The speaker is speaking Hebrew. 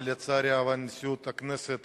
אבל לצערי הרב נשיאות הכנסת